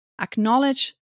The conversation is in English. acknowledge